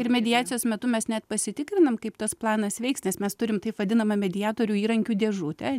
ir mediacijos metu mes net pasitikrinam kaip tas planas veiks nes mes turim taip vadinamą mediatorių įrankių dėžutę